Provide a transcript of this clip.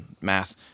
Math